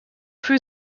für